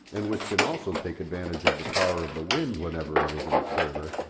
and which can also take advantage of the power of the wind whenever it is in its favour,